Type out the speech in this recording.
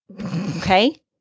Okay